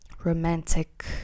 romantic